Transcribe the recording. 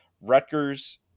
Rutgers